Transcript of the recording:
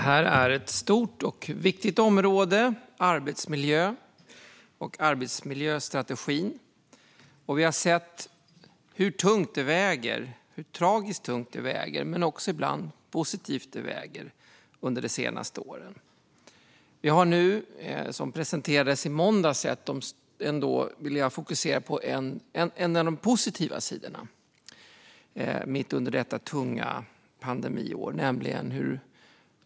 Herr talman! Arbetsmiljö och arbetsmiljöstrategi är ett stort och viktigt område. Vi har de senaste åren sett hur tragiskt tungt men också hur positivt det ibland väger. Jag vill fokusera på en av de positiva sidorna som, mitt under detta tunga pandemiår, presenterades i måndags.